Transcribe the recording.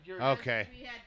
Okay